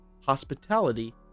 Hospitality